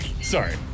sorry